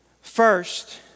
First